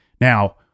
Now